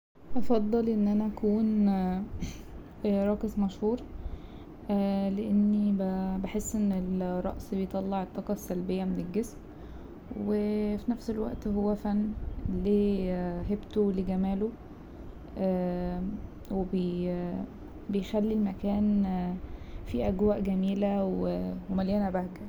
هفضل ان انا اكون راقص مشهور لأني بحس ان الرقص بيطلع الطاقة السلبية من الجسم وفي نفس الوقت هو فن ليه هيبته وليه جماله وبي- بيخلي المكان فيه أجواء جميلة ومليانة بهجة.